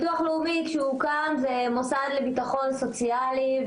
כשהביטוח הלאומי הוקם זה היה מוסד לביטחון סוציאלי,